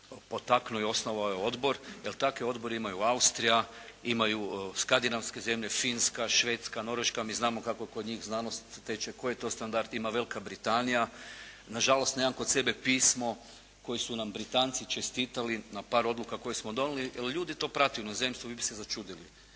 potaknuo i osnovao ovaj odbor, jer takav odbor imaju Austrija, imaju skandinavske zemlje Finska, Švedska, Norveška. Mi znamo kako kod njih znanost teče, koji to standard ima Velika Britanija. Nažalost nemam kod sebe pismo kojim su nam Britanci čestitali na par odluka koje smo donijeli, jer ljudi to prate u inozemstvu. Vi biste se začudili.